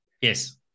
Yes